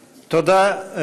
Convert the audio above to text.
תודה.